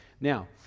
Now